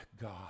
God